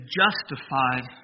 justified